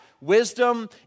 Wisdom